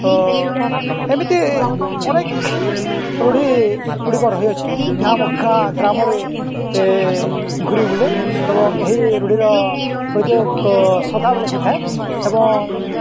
ତ ଏମିତି ଅନେକ ରୂଢ଼ି ଗୁଡ଼ିକ ରହିଅଛି ଯାହା ଆମ ଗାଁ ଗ୍ରାମରେ ଘୁରି ବୁଲେ ଏବଂ ଏହି ରୂଢ଼ିର ପ୍ରୟୋଗ ସଦାବେଳେ ହୋଇଥାଏ ଏବଂ